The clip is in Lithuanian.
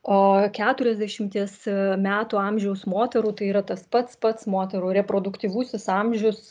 o keturiasdešimties metų amžiaus moterų tai yra tas pats pats moterų reproduktyvusis amžius